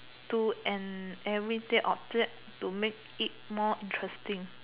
to an everyday object to make it more interesting